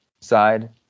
side